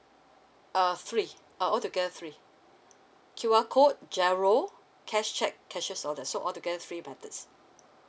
uh free uh altogether free Q_R code giro cash cheque cashiers orders so altogether three methods